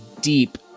deep